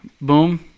boom